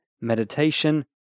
meditation